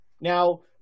Now